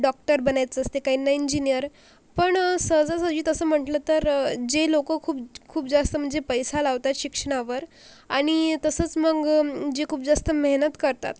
doctor बनायचं असते काहींना इंजिनियर पण सहजासहजी तसं म्हटलं तर जे लोक खूप खूप जास्त म्हणजे पैसा लावतात शिक्षणावर आणि तसंच मग जे खूप जास्त मेहनत करतात